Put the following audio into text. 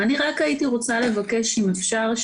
אני רק הייתי רוצה לבקש אם אפשר,